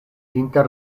inter